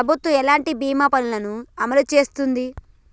ప్రభుత్వం ఎలాంటి బీమా ల ను అమలు చేస్తుంది?